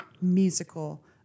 musical